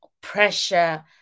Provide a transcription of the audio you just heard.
pressure